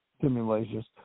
simulations